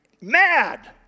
mad